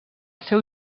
seu